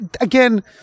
again